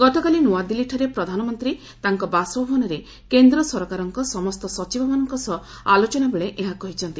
ଗତକାଲି ନୂଆଦିଲ୍ଲୀଠାରେ ପ୍ରଧାନମନ୍ତ୍ରୀ ତାଙ୍କ ବାସଭବନରେ କେନ୍ଦ୍ର ସରକାରଙ୍କ ସମସ୍ତ ସଚିବମାନଙ୍କ ସହ ଆଲୋଚନାବେଳେ ଏହା କହିଛନ୍ତି